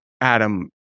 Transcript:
Adam